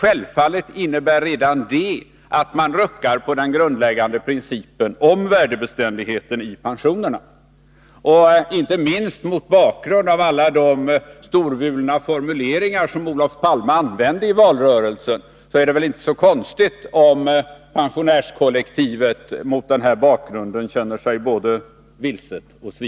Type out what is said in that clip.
Redan detta innebär självfallet att man ruckar på den grundläggande principen om pensionernas värdebeständighet. Det är inte så konstigt om pensionärskollektivet — inte minst mot bakgrund av alla de storvulna formuleringar som Olof Palme använde i valrörelsen — känner sig både vilset Nr 157